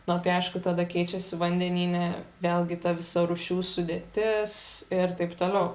nu tai aišku tada keičiasi vandenyne vėlgi ta visa rūšių sudėtis ir taip toliau